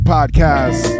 Podcast